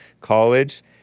college